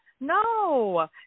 No